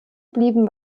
blieben